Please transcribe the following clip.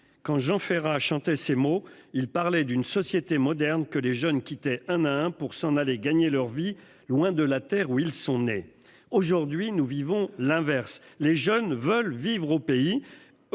Quand Jean Ferrat chantait ses mots, il parlait d'une société moderne, que les jeunes quittaient un à un pour s'en aller gagner leur vie loin de la terre où ils sont nés. Aujourd'hui, nous vivons l'inverse, les jeunes veulent vivre au pays.